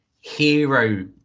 hero